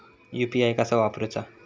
UPI कसा वापरूचा?